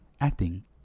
acting